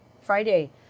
Friday